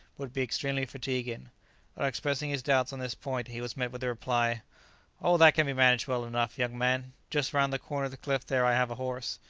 would be extremely fatiguing. on expressing his doubts on this point, he was met with the reply oh, that can be managed well enough, young man just round the corner of the cliff there i have a horse,